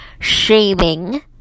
shaming